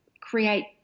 create